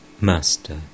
Master